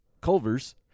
Culver's